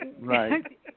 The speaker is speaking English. right